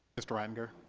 mr. reitlinger?